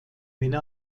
eine